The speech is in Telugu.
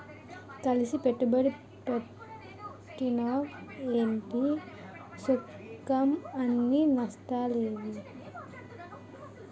కలిసి పెట్టుబడి పెట్టినవ్ ఏటి సుఖంఅన్నీ నష్టాలే